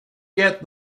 get